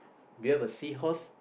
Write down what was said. do you have a seahorse